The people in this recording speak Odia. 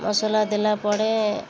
ମସଲା ଦେଲା ପରେ